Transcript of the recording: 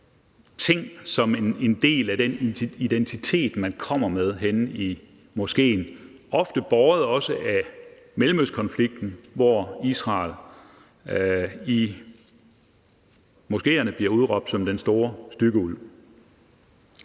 ting som en del af den identitet, man kommer med i moskeen, ofte også båret af mellemøstkonflikten, hvor Israel i moskeerne bliver udråbt som den store stygge ulv,